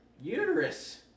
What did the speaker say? uterus